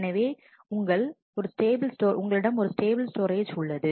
எனவே உங்கள் ஒரு ஸ்டேபிள் ஸ்டோரேஜ் உள்ளது